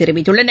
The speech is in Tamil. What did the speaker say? தெரிவித்குள்ளன